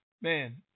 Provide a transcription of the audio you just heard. Man